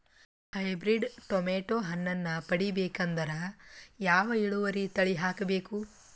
Hybrid tomato ಹಣ್ಣನ್ನ ಪಡಿಬೇಕಂದರ ಯಾವ ಇಳುವರಿ ತಳಿ ಹಾಕಬೇಕು?